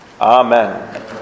Amen